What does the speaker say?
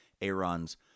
Aaron's